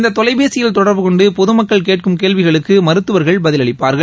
இந்த தொலைபேசியில் தொடர்பு கொண்டு பொதுமக்கள் கேட்கும் கேள்விகளுக்கு மருத்துவர்கள் பதிலளிப்பார்கள்